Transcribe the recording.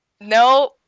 no